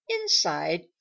inside